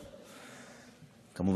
כמובן,